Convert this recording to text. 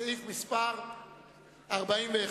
סעיף מס' 41,